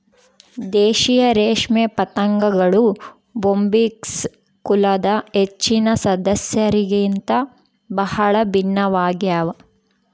ದೇಶೀಯ ರೇಷ್ಮೆ ಪತಂಗಗಳು ಬೊಂಬಿಕ್ಸ್ ಕುಲದ ಹೆಚ್ಚಿನ ಸದಸ್ಯರಿಗಿಂತ ಬಹಳ ಭಿನ್ನವಾಗ್ಯವ